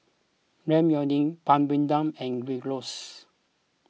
Ramyeon Papadum and Gyros